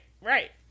right